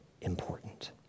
important